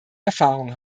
erfahrung